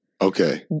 Okay